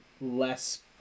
less